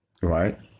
right